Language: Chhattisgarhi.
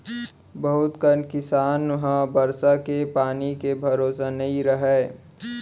बहुत कन किसान ह बरसा के पानी के भरोसा नइ रहय